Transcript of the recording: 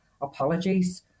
apologies